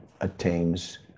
attains